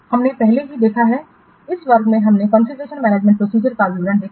हमने पहले ही देखा है इस वर्ग में हमने कॉन्फ़िगरेशन मैनेजमेंट प्रोसीजर का विवरण देखा है